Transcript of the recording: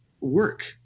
work